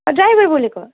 driver बोलेको